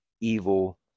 evil